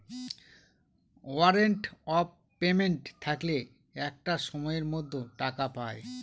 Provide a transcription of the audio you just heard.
warrant of payment থাকলে একটা সময়ের মধ্যে টাকা পায়